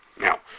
Now